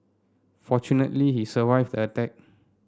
fortunately he survived the attack